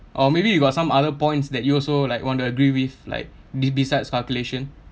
or maybe you got some other points that you also like want to agree with like be~ besides calculation